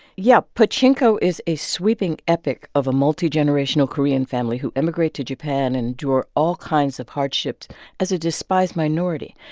yeah. pachinko is a sweeping epic of a multigenerational korean family who emigrate to japan and endure all kinds of hardships as a despised minority.